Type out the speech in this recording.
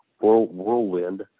whirlwind